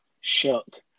Shook